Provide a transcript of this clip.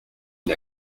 une